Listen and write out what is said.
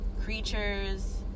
creatures